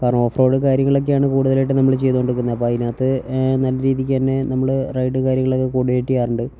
കാരണം ഓഫ്റോഡ് കാര്യങ്ങളൊക്കെയാണ് കൂടുതലായിട്ടും നമ്മൾ ചെയ്തുകൊണ്ടിരിക്കുന്നത് അപ്പോൾ അതിനകത്ത് നല്ല രീതിയ്ക്കുതന്നെ നമ്മൾ റൈഡും കാര്യങ്ങളൊക്കെ കോർഡിനേറ്റ് ചെയ്യാറുണ്ട്